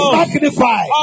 magnify